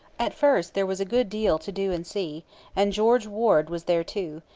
at first there was a good deal to do and see and george warde was there too,